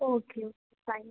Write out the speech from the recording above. okay fine